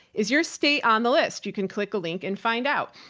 is your state on the list? you can click a link and find out.